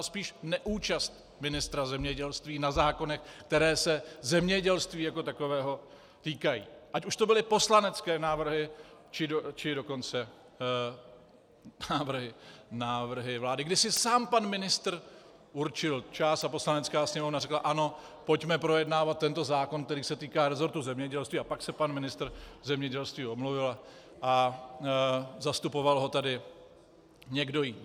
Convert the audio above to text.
Spíš neúčast ministra zemědělství na zákonech, které se zemědělství jako takového týkají, ať už to byly poslanecké návrhy, či dokonce návrhy vlády, kdy si sám pan ministr určil čas a Poslanecká sněmovna řekla ano, pojďme projednávat tento zákon, který se týká resortu zemědělství, a pak se pan ministr zemědělství omluvil a zastupoval ho tady někdo jiný.